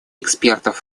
экспертов